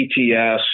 PTS